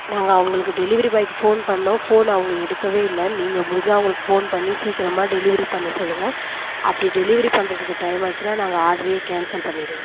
நாங்கள் அவங்களுக்கு டெலிவரி பாய்க்கு ஃபோன் பண்ணிணோம் ஃபோன் அவங்க எடுக்கவே இல்லை நீங்கள் முடிஞ்சால் அவங்களுக்கு ஃபோன் பண்ணி சீக்கிரமாக டெலிவரி பண்ண சொல்லுங்க அப்படி டெலிவரி பண்ணுறதுக்கு டைம் ஆச்சுனா நாங்கள் ஆடரையே கேன்சல் பண்ணிடுவோம்